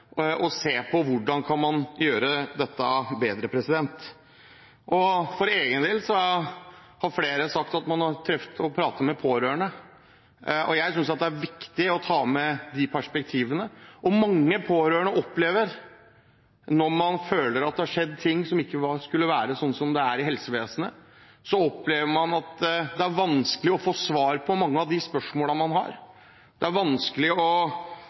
og se på hvordan kan man gjøre dette bedre. Flere har sagt at de har truffet og pratet med pårørende. Jeg synes det er viktig å ta med de perspektivene. Mange pårørende opplever når man føler at det har skjedd ting som ikke er som det skal være i helsevesenet, at det er vanskelig å få svar på mange av de spørsmålene man har,